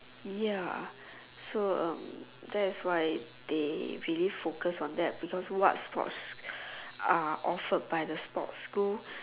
ya so um that is why they really focus on that because what sports are offered by the sports school